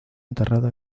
enterrado